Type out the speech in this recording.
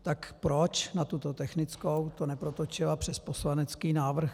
Tak proč na tuto technickou to neprotočila přes poslanecký návrh?